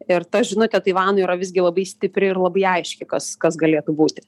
ir ta žinute taivanui yra visgi labai stipri ir labai aiški kas kas galėtų būti